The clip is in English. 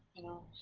you know,